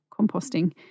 composting